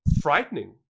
frightening